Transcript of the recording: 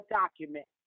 document